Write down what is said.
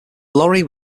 laurie